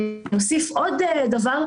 אני אוסיף עוד דבר,